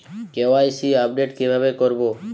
KYC update কিভাবে করবো?